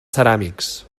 ceràmics